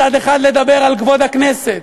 מצד אחד לדבר על כבוד הכנסת,